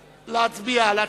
50 בעד, שמונה נגד ונמנע אחד.